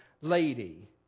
lady